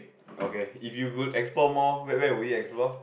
okay if you could explore more where where would you explore